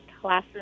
classroom